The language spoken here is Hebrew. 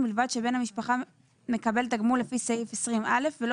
ובלבד שבן המשפחה מקבל תגמול לפי סעיף 20א ולא